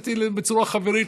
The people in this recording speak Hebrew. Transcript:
רציתי להסביר לו בצורה חברית.